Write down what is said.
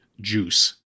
juice